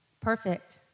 perfect